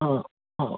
हो हो